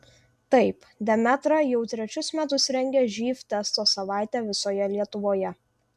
taip demetra jau trečius metus rengia živ testo savaitę visoje lietuvoje